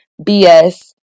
BS